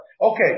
Okay